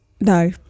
No